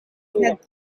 het